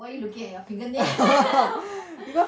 why you looking at you your fingernail